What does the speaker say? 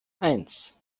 eins